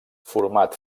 format